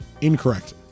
Incorrect